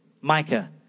Micah